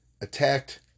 attacked